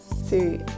see